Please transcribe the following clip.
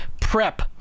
prep